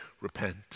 repent